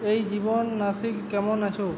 এই জীবন নাশিক কেমন আছো